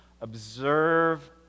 observe